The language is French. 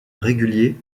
régulier